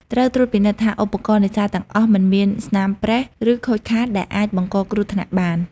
ត្រូវត្រួតពិនិត្យថាឧបករណ៍នេសាទទាំងអស់ មិនមានស្នាមប្រេះ ឬខូចខាតដែលអាចបង្កគ្រោះថ្នាក់បាន។